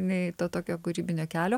nei to tokio kūrybinio kelio